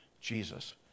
Jesus